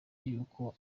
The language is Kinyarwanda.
y’uko